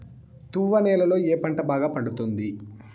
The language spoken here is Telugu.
తువ్వ నేలలో ఏ పంట బాగా పండుతుంది?